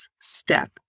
step